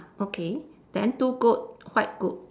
okay then two goat white goat